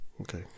okay